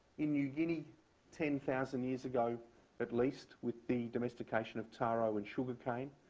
in new guinea ten thousand years ago at least with the domestication of taro and sugarcane.